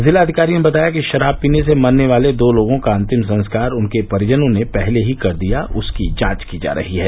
जिलाधिकारी ने बताया कि शराब पीने से मरने वाले दो लोगों का अंतिम संस्कार उनके परिजनों ने पहले ही कर दिया उसकी जांच की जा रही है